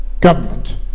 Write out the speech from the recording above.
government